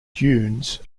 dunes